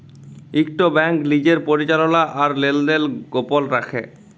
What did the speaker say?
ইকট ব্যাংক লিজের পরিচাললা আর লেলদেল গপল রাইখে